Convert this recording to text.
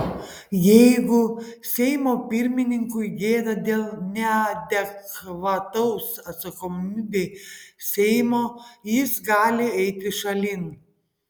jeigu seimo pirmininkui gėda dėl neadekvataus atsakomybei seimo jis gali eiti šalin